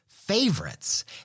Favorites